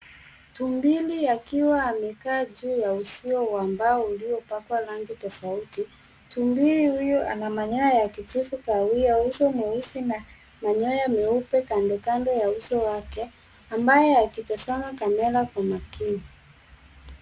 Tumblili akiwa amekaa juu ya uzio wa mbao uliopakwa rangi tofauti. Tumbili huyo ana manyoya ya kijivu kahawia, uso mweusi na manyoya meupe kando kando ya uso wake, ambaye akitazama kamera kwa umakini.